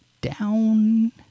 down